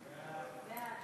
ההצעה להעביר